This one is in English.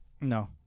No